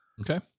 Okay